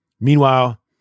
Meanwhile